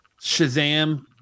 Shazam